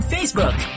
Facebook